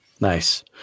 Nice